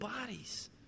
bodies